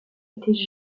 était